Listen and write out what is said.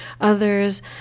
Others